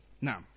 Now